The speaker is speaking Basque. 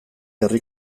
herri